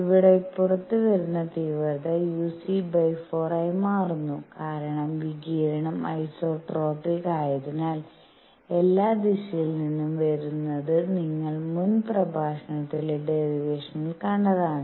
ഇവിടെപുറത്തുവരുന്ന തീവ്രത uc4 ആയി മാറുന്നു കാരണം വികിരണം ഐസോട്രോപിക് ആയതിനാൽ എല്ലാ ദിശയിൽ നിന്നും വരുന്നത് നിങ്ങൾ മുൻ പ്രഭാഷണത്തിലെ ഡെറിവേഷനിൽ കണ്ടതാണ്